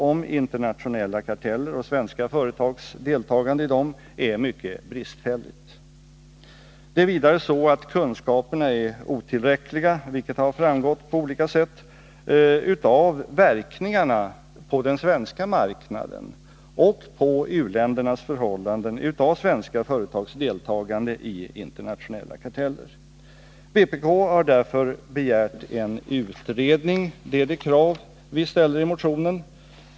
om internationella karteller och svenska företags deltagande i dem, är mycket bristfälligt. Det är vidare så, att kunskaperna är otillräckliga — vilket har framgått på olika sätt — om verkningarna på den svenska marknaden, och på u-ländernas förhållanden, av svenska företags deltagande i internationella karteller. Vpk har därför begärt en utredning — det är det krav vi ställer i motionen.